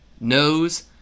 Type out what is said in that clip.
nose